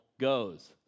Goes